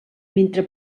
mentre